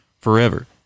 Forever